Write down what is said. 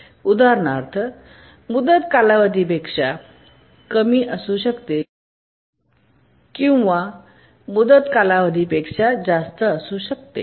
उदाहरणार्थ मुदत कालावधी पेक्षा कमी असू शकते किंवा मुदत कालावधी पेक्षा जास्त असू शकते